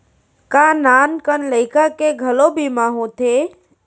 का नान कन लइका के घलो बीमा होथे?